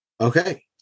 Okay